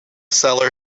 cellar